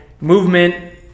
movement